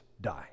die